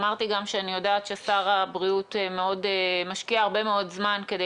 אמרתי גם שאני יודעת ששר הבריאות משקיע הרבה מאוד זמן כדי